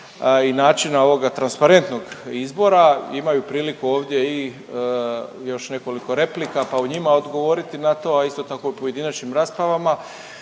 i načina ovog transparentnog izbora. Imaju priliku ovdje i još nekoliko replika pa u njima odgovoriti na to, a isto tako i u pojedinačnim raspravama.